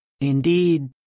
Indeed